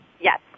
Yes